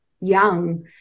young